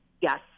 Yes